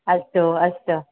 अस्तु अस्तु